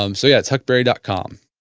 um so yeah, it's huckberry dot com